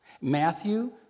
Matthew